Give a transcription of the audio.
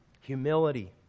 Humility